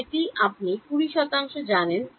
এটি আপনি 20 শতাংশ জানেন যে